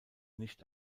nicht